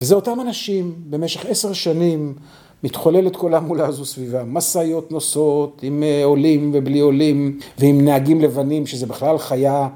וזה אותם אנשים, במשך עשר שנים, מתחוללת כל ההמולה הזו סביבם. משאיות נוסעות, עם עולים ובלי עולים ועם נהגים לבנים, שזה בכלל חיה.